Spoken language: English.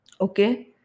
Okay